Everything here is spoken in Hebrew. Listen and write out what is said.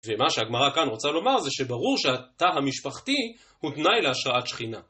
ומה שהגמרא כאן רוצה לומר זה שברור שהתא המשפחתי הוא תנאי להשרעת שכינה.